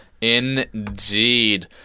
Indeed